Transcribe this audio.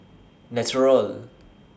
Naturel